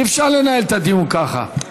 אי-אפשר לנהל את הדיון ככה.